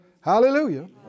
Hallelujah